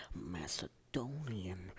Macedonian